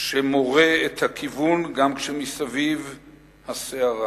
שמורה את הכיוון גם כשמסביב הסערה.